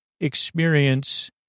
experience